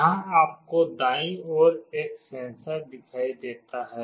यहां आपको दाईं ओर एक सेंसर दिखाई देता है